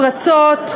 פרצות,